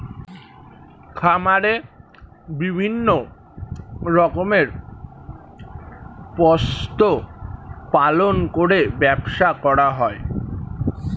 খামারে বিভিন্ন রকমের পশু পালন করে ব্যবসা করা হয়